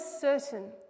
certain